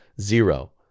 Zero